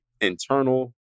internal